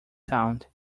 sound